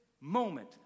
moment